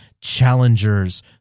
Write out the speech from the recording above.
challenger's